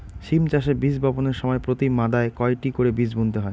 সিম চাষে বীজ বপনের সময় প্রতি মাদায় কয়টি করে বীজ বুনতে হয়?